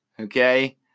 okay